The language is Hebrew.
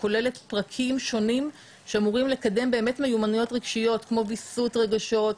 שכוללת פרקים שונים שאמורים לקדם מיומנויות רגשיות כמו ויסות רגשות,